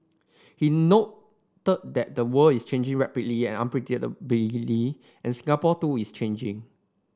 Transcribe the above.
he noted that the world is changing rapidly and unpredictably and Singapore too is changing